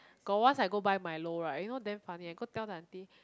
got once I go buy milo right you know damn funny I go tell the aunty